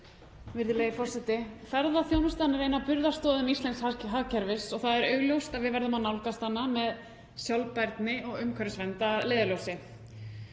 Virðulegur forseti. Ferðaþjónustan er ein af burðarstoðum íslensks hagkerfis og það er augljóst að við verðum að nálgast hana með sjálfbærni og umhverfisvernd að leiðarljósi.